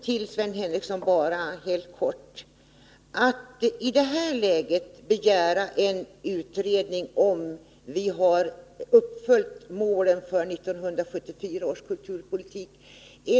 Till Sven Henricsson vill jag helt kort säga att det väl i det här läget är litet förmätet att begära en utredning om huruvida vi har uppfyllt målen för 1974 års kulturpolitik.